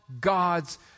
God's